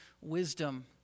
wisdom